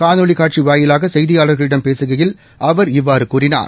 காணொலி காட்சி வாயிலாக செய்தியாளர்களிடம் பேசுகையில் அவர் இவ்வாறு கூறினார்